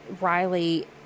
Riley